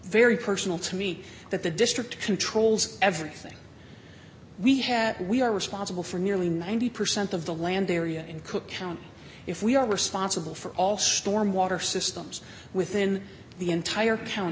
very personal to me that the district controls everything we have we are responsible for nearly ninety percent of the land area in cook county if we are responsible for all storm water systems within the entire